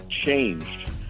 changed